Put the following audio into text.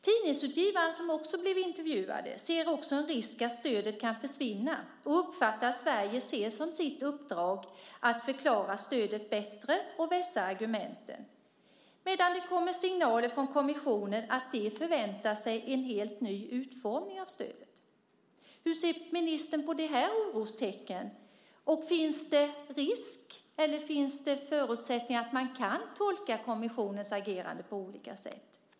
Tidningsutgivaren, som också blev intervjuad, ser också en risk för att stödet kan försvinna och att det uppfattas som att Sverige ser som sitt uppdrag att förklara stödet bättre och vässa argumenten, medan det kommer signaler från kommissionen om att de förväntar sig en helt ny utformning av stödet. Hur ser ministern på dessa orostecken? Finns det risk för att kommissionens agerande kan tolkas på olika sätt?